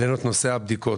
העלינו את נושא הבדיקות.